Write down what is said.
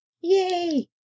Yay